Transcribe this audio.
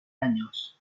años